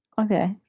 Okay